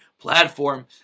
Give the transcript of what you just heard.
platform